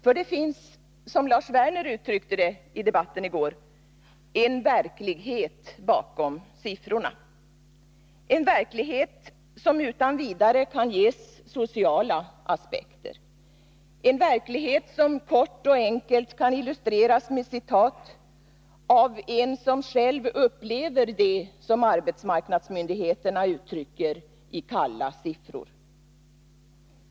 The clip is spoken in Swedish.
För det finns, som Lars Werner uttryckte det i debatten i går, en verklighet bakom siffrorna. En verklighet som utan vidare kan ges sociala aspekter. En verklighet som kort och enkelt kan illustreras med ett citat av en som själv upplever det som arbetsmarknadsmyndigheterna uttrycker i kalla siffror.